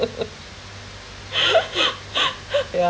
yeah